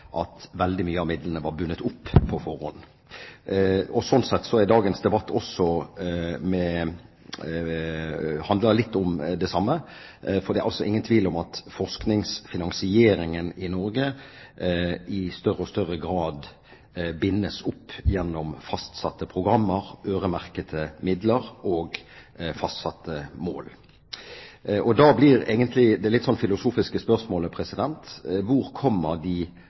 at veldig mye av midlene var bundet opp på forhånd. Sånn sett handler dagens debatt litt om det samme, for det er ingen tvil om at forskningsfinansieringen i Norge i større og større grad bindes opp gjennom fastsatte programmer, øremerkede midler og fastsatte mål. Da blir egentlig det litt filosofiske spørsmålet: Hvor kommer de